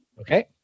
Okay